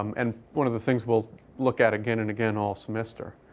um and one of the things we'll look at again and again all semester.